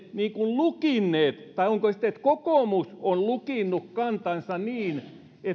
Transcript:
lukinneet kantanne tai onko sitten niin että kokoomus on lukinnut kantansa niin että